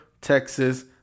texas